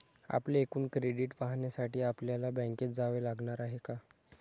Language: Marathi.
आपले एकूण क्रेडिट पाहण्यासाठी आपल्याला बँकेत जावे लागणार आहे का?